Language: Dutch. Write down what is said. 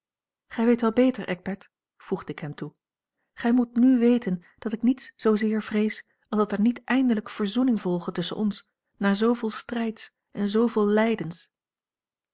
gij weet wel beter eckbert voegde ik hem toe gij moet n weten dat ik niets zoozeer vrees als dat er niet eindelijk verzoening volge tusschen ons na zooveel strijds en zooveel lijdens